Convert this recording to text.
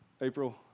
April